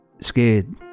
scared